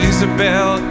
Isabel